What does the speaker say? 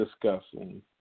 discussing